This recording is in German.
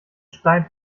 stein